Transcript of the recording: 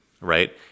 right